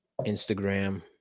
Instagram